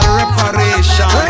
reparation